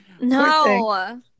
No